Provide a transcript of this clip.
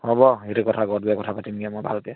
হ'ব সেইটো কথা ঘৰত গৈ কথা পাতিমগৈ মই ভালকৈ